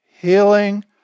healing